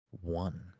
one